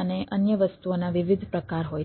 અને અન્ય વસ્તુના વિવિધ પ્રકાર હોય